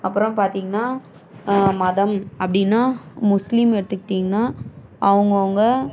அப்புறம் பார்த்திங்கன்னா மதம் அப்படினா முஸ்லீம் எடுத்துக்கிட்டிங்கன்னா அவங்கவுங்க